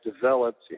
developed